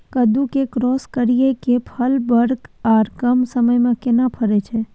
कद्दू के क्रॉस करिये के फल बर आर कम समय में केना फरय छै?